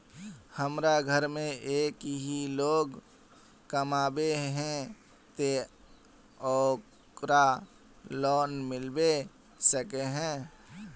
हमरा घर में एक ही लोग कमाबै है ते ओकरा लोन मिलबे सके है?